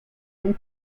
and